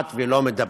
כמעט שלא מדברים.